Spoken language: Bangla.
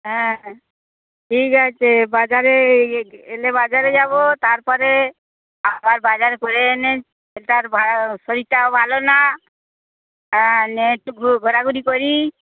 হ্যাঁ ঠিক আছে বাজারে এলে বাজারে যাবো তারপরে আবার বাজারে ঘুরে এনে শরীরটা শরীরটাও ভালো না হ্যাঁ নিয়ে একটু ঘোরাঘুরি করি